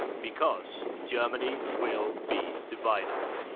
because germany. will. be. divided.